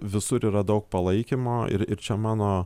visur yra daug palaikymo ir ir čia mano